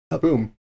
Boom